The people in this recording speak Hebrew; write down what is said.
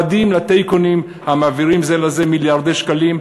עבדים לטייקונים המעבירים זה לזה מיליארדי שקלים,